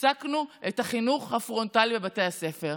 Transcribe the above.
הפסקנו את החינוך הפרונטלי בבתי הספר.